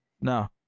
No